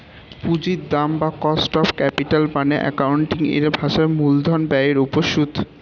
পুঁজির দাম বা কস্ট অফ ক্যাপিটাল মানে অ্যাকাউন্টিং এর ভাষায় মূলধন ব্যয়ের উপর সুদ